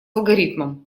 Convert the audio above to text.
алгоритмом